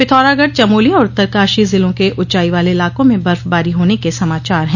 पिथौरागढ़ चमोली और उत्तरकाशी जिलों के ऊंचाई वाले इलाकों में बर्फबारी होने के समाचार हैं